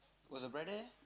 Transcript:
was her brother